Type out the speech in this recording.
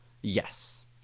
Yes